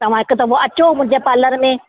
तव्हां हिकु दफ़ो अचो मुंहिंजे पार्लर में